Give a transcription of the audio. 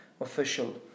official